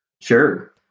Sure